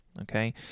okay